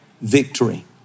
victory